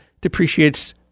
depreciates